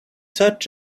such